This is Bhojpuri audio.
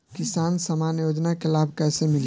किसान सम्मान योजना के लाभ कैसे मिली?